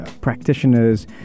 practitioners